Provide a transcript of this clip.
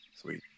Sweet